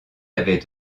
avait